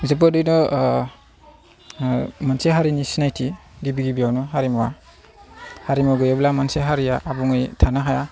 जोबोरैनो मोनसे हारिनि सिनायथि गिबि गिबियावनो हारिमुआ हारिमु गैयाब्ला मोनसे हारिया आबुङै थानो हाया